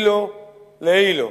אלו לאלו.